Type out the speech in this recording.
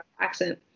accent